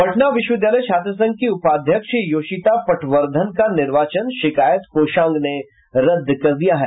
पटना विश्वविद्यालय छात्र संघ की उपाध्यक्ष योशिता पटवर्द्वन का निर्वाचन शिकायत कोषांग ने रद्द कर दिया है